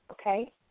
Okay